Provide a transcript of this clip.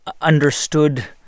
understood